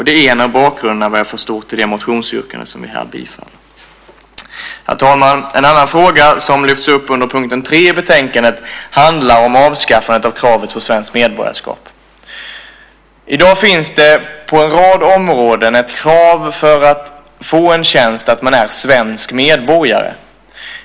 Det är en av bakgrunderna, vad jag förstår, till det motionsyrkande som vi här tillstyrker. Herr talman! En annan fråga som lyfts upp under punkt 3 i betänkandet handlar om avskaffandet av kravet på svenskt medborgarskap. I dag är det på en rad områden ett krav för att få en tjänst att man är svensk medborgare.